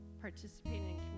participating